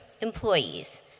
employees